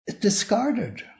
discarded